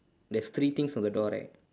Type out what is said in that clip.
there is three things on the door right